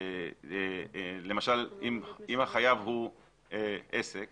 למשל אם החייב הוא עסק